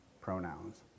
pronouns